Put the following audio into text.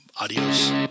Adios